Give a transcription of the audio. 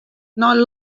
nei